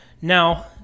Now